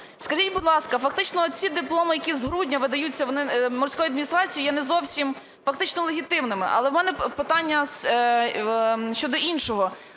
Скажіть, будь ласка, фактично ці дипломи, які з грудня видаються видаються Морською адміністрацією, є не зовсім фактично легітимними. Але у мене питання щодо іншого,